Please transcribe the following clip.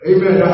Amen